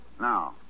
Now